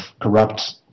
corrupt